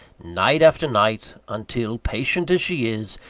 night after night, until, patient as she is,